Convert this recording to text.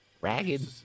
ragged